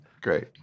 Great